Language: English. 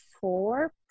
four